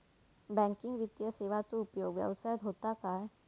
Banking वित्तीय सेवाचो उपयोग व्यवसायात होता काय?